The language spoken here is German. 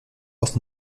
auf